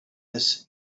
this